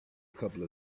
couple